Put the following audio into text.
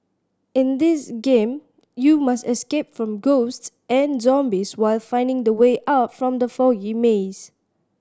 in this game you must escape from ghosts and zombies while finding the way out from the foggy maze